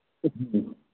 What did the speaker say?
हूॅं